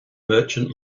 merchant